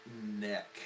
neck